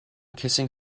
kissing